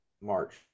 March